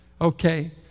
Okay